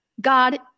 god